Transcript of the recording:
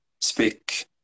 speak